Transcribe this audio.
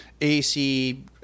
AC